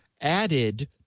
added